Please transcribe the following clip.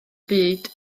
byd